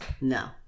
No